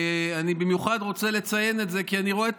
אני במיוחד רוצה לציין את זה כי אני רואה את